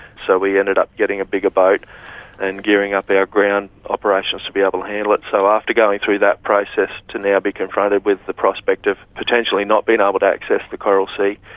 so we ended up getting a bigger boat and gearing up our ground operations to be able to handle it. so after going through that process, to now be confronted with the prospect of potentially not being able to access the coral sea,